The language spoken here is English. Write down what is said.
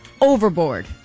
Overboard